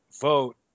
vote